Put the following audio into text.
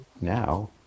now